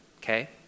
okay